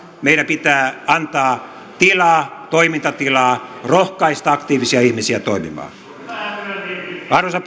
meidän pitää antaa tilaa toimintatilaa rohkaista aktiivisia ihmisiä toimimaan arvoisa